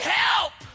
help